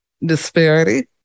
disparity